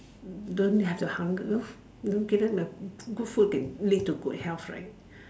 don't have to hunger give them a good food can lead to good health right